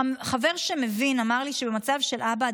חבר שמבין אמר לי שבמצב של אבא,